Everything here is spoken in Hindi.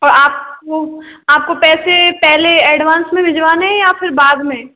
तो आप को आपको पैसे पहले अड्वान्स में भिजवाने हैं या बाद में